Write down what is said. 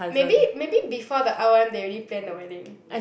maybe maybe before the r_o_m they already plan the wedding